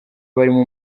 barimo